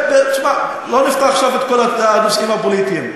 תשמע, לא נפתח עכשיו את כל הנושאים הפוליטיים.